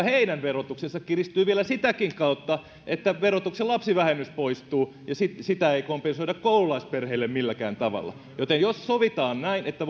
heidän verotuksensa kiristyy vielä sitäkin kautta että verotuksen lapsivähennys poistuu ja sitä ei kompensoida koululaisperheille milläkään tavalla joten jos sovitaan näin että